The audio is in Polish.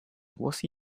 głosy